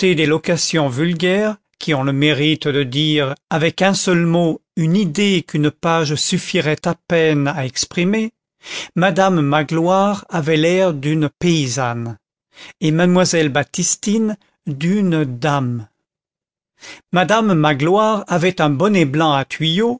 des locutions vulgaires qui ont le mérite de dire avec un seul mot une idée qu'une page suffirait à peine à exprimer madame magloire avait l'air d'une paysanne et mademoiselle baptistine d'une dame madame magloire avait un bonnet blanc à tuyaux